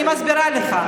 אני מסבירה לך.